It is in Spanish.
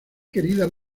querida